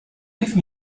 give